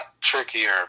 trickier